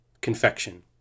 confection